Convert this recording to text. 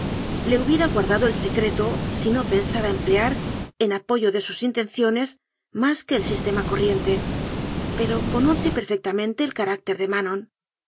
le hubiera guarda do el secreto si no pensara emplear en apoyo de sus intenciones más que el sistema corriente pero conoce perfectamente el carácter de